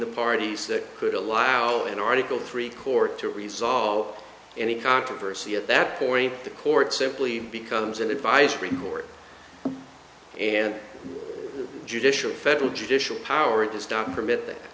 the parties that could allow an article three court to resolve any controversy at that point the court simply becomes an advisory board and judicial federal judicial power to stop the permit that